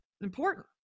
important